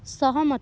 ସହମତ